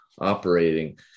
operating